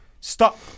stop